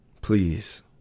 Please